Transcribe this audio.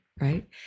right